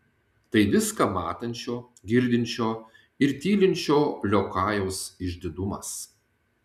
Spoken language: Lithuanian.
tai viską matančio girdinčio ir tylinčio liokajaus išdidumas